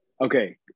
okay